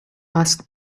asked